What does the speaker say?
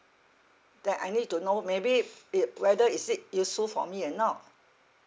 that I need to know maybe ip whether is it useful for me or not